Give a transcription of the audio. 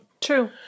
True